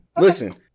Listen